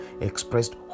expressed